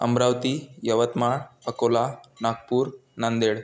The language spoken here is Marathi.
अमरावती यवतमाळ अकोला नागपूर नांदेड